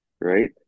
right